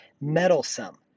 meddlesome